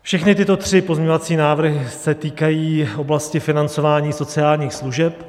Všechny tyto tři pozměňovací návrhy se týkají oblasti financování sociálních služeb.